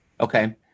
Okay